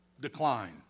decline